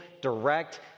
direct